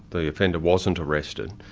the offender wasn't arrested,